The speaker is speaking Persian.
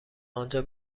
آنجا